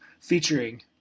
featuring